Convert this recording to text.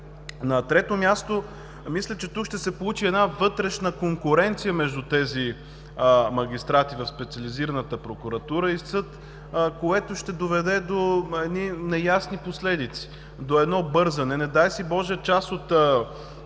На трето място, мисля, че тук ще се получи една вътрешна конкуренция между тези магистрати в Специализираната прокуратура и съд, което ще доведе до едни неясни последици, до едно бързане, не дай си Боже, част от